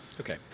Okay